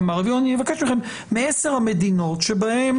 אני מבקש מכם זאת לגבי עשר המדינות בהן